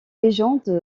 légende